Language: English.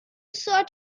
sort